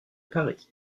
paris